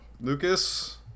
Lucas